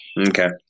okay